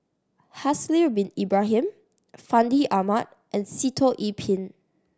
Haslir Bin Ibrahim Fandi Ahmad and Sitoh Yih Pin